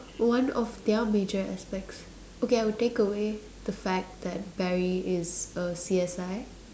one of their major aspects okay I will take away the fact that Barry is a C_S_I